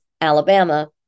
Alabama